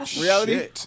Reality